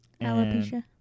Alopecia